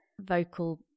vocal